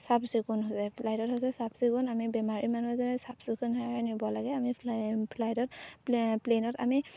চাফচিকুণ হৈছে ফ্লাইটত হৈছে চাফচিকুণ আমি বেমাৰী মানুহ এজনে চাফচিকুণ হৈহে নিব লাগে আমি ফ্লাই ফ্লাইটত প্লেইনত আমি